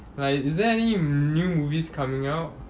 like is there any new movies coming out